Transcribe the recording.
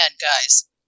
guys